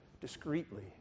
discreetly